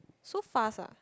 so fast ah